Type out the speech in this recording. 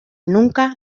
nunca